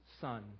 son